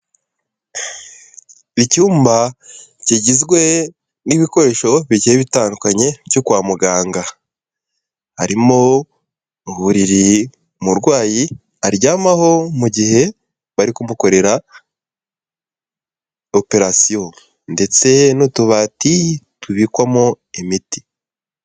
Icyumba kigizwe n'ibikoresho bigiye bitandukanye cyo kwa muganga. Harimo uburiri umurwayi aryamaho mu gihe bari kumukorera operation ndetse n'utubati tubikwamo imiti.